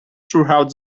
throughout